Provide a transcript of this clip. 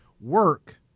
work